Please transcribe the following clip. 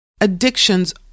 Addictions